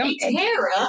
Tara